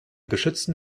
geschützten